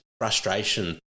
frustration